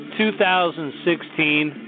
2016